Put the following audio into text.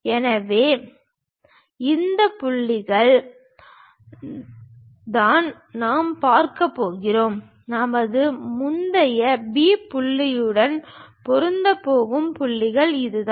எனவே இந்த புள்ளிகள் தான் நாம் பார்க்கப் போகிறோம் நமது முந்தைய B புள்ளியுடன் பொருந்தப் போகும் புள்ளிகள் இதுதான்